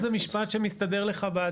איך זה משפט שמסתדר לך?